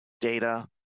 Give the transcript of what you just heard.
data